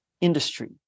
industry